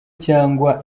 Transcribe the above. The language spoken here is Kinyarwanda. cyangwa